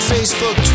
Facebook